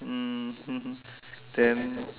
mm then